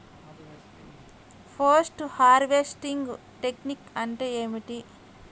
Post harvesting technique అంటే ఏమిటీ?